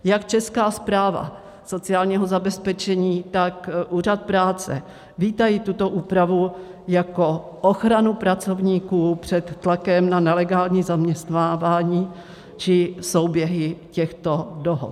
Jak Česká správa sociálního zabezpečení, tak úřad práce vítají tuto úpravu jako ochranu pracovníků před tlakem na nelegální zaměstnávání či souběhy těchto dohod.